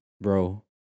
bro